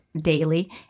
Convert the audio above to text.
daily